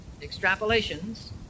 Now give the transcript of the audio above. extrapolations